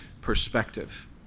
perspective